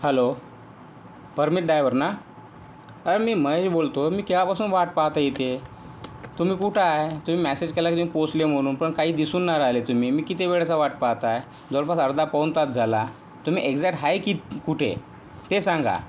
hello Parmeet driver ना हा मी महेश बोलतो मी केआपासून वाट पाहतो इथे तुम्ही कुठे आहे तुम्ही मेसेज केला की मी पोचले म्हणून पण काही दिसून नाही राहिले तुम्ही मी किती वेळेचा वाट पाहत आहे जवळपास अर्धापाऊण तास झाला तुम्ही एक्झॅक्ट आहे कुठे ते सांगा